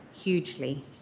hugely